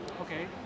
Okay